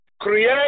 Create